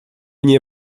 nie